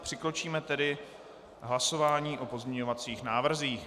Přikročíme tedy k hlasování o pozměňovacích návrzích.